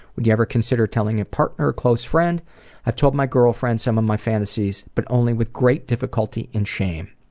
would you ever consider telling a partner or close friend i've told my girlfriend some of my fantasies, but only with great difficulty and shame.